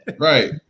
right